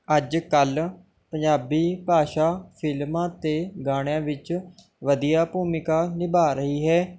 ਅੱਜ ਕੱਲ੍ਹ ਪੰਜਾਬੀ ਭਾਸ਼ਾ ਫਿਲਮਾਂ ਅਤੇ ਗਾਣਿਆਂ ਵਿੱਚ ਵਧੀਆ ਭੂਮਿਕਾ ਨਿਭਾ ਰਹੀ ਹੈ